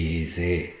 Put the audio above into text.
easy